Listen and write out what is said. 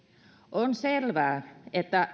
on selvää että